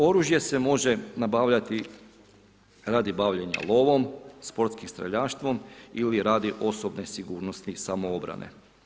Oružje se može nabavljati radi bavljenja lovom, sportskim streljaštvom ili radi osobne sigurnosti i obrane.